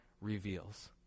reveals